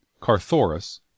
Carthoris